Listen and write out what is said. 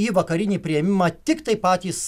į vakarinį priėmimą tiktai patys